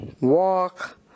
walk